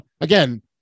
again